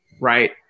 Right